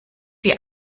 wir